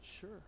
Sure